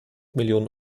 millionen